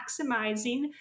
maximizing